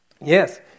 yes